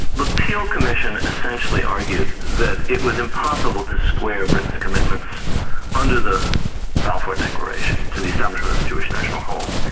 the peel commission essentially argued that it was impossible to square britain's commitments under the balfour declaration, to the establishment of the jewish national home,